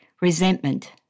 resentment